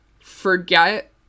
forget